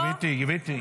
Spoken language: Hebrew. גברתי.